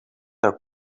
haar